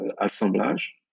assemblage